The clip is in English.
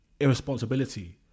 irresponsibility